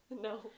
no